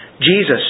Jesus